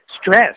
stress